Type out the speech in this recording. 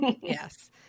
Yes